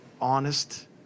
honest